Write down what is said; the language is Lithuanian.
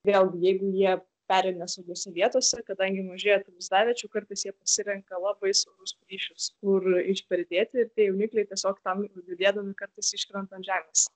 vėlgi jeigu jie peri nesaugiose vietose kadangi mažėja tų lizdaviečių kartais jie pasirenka labai siaurus plyšius kur išperi dėtį jaunikliai tiesiog tam judėdami kartais iškrenta ant žemės